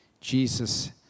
Jesus